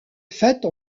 faite